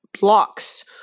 blocks